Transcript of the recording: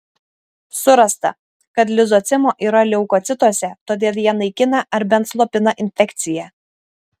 surasta kad lizocimo yra leukocituose todėl jie naikina ar bent slopina infekciją